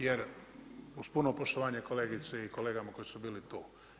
Jer uz puno poštovanje kolegice i kolege koje su bili tu.